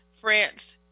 France